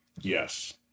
Yes